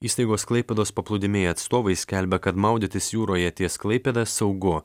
įstaigos klaipėdos paplūdimiai atstovai skelbia kad maudytis jūroje ties klaipėda saugu